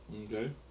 Okay